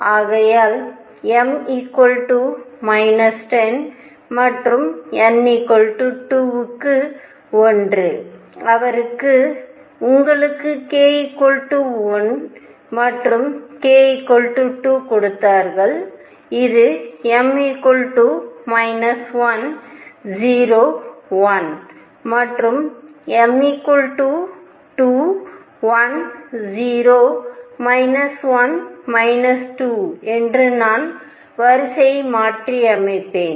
ஆகையால் m 1 0 மற்றும் n 2 க்கு 1 அவர்கள் உங்களுக்கு k 1 மற்றும் k 2 கொடுத்தார்கள் இது m 1 0 1 மற்றும் m 2 1 0 1 2 என்று நான் வரிசையை மாற்றியமைப்பேன்